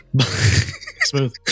Smooth